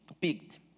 picked